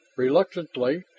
Reluctantly